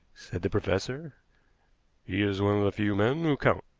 said the professor he is one of the few men who count.